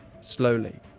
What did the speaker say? slowly